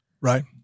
Right